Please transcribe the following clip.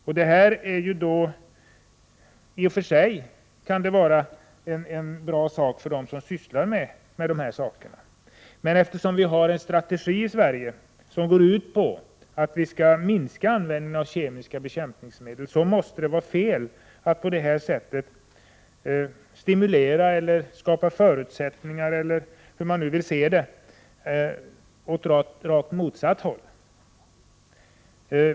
Det kan i och för sig vara bra för dem som sysslar med detta, men eftersom vi har en strategi här i Sverige som går ut på att vi skall minska användningen av kemiska bekämpningsmedel, måste det vara fel att på detta sätt stimulera eller skapa förutsättningar för en utveckling åt rakt motsatt håll.